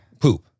Poop